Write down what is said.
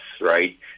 right